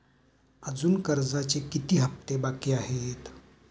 अजुन कर्जाचे किती हप्ते बाकी आहेत?